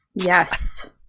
Yes